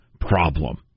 problem